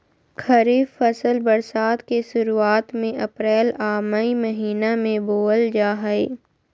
खरीफ फसल बरसात के शुरुआत में अप्रैल आ मई महीना में बोअल जा हइ